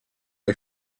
hai